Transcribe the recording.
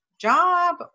job